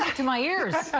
to my ears.